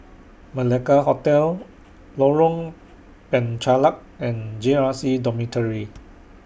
Malacca Hotel Lorong Penchalak and J R C Dormitory